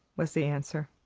was the answer.